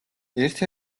ერთ